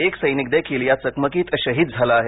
एक सैनिक देखील या चकमकीत शहीद झाला आहे